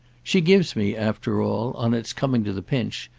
she gives me after all, on its coming to the pinch,